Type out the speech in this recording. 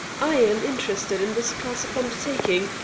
i am interested in this class of undertaking,